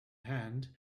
hand